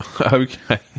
Okay